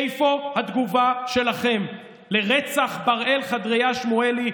איפה התגובה שלכם על רצח בראל חדריה שמואלי,